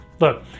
Look